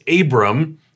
Abram